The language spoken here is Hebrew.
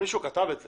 מישהו כתב את זה.